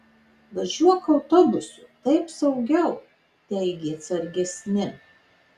važiuok autobusu taip saugiau teigė atsargesni